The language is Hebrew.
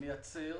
מייצר